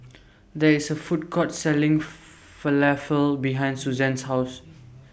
There IS A Food Court Selling Falafel behind Suzanne's House